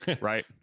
right